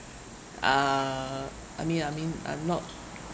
uh I mean I mean I'm not